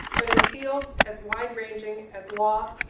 but in fields as wide-ranging as law,